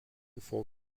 for